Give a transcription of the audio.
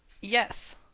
Yes